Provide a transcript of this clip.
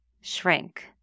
shrink